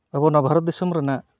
ᱟᱵᱚ ᱱᱚᱣᱟ ᱵᱷᱟᱨᱚᱛ ᱫᱤᱥᱚᱢ ᱨᱮᱱᱟᱜ